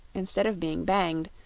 instead of being banged,